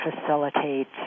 facilitate